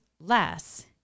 less